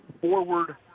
forward